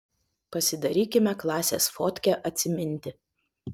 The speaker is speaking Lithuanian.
pasidarykime klasės fotkę atsiminti